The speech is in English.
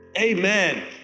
Amen